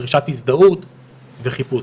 דרישת הזדהות וחיפוש.